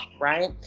right